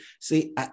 See